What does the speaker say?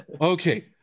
okay